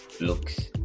looks